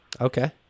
okay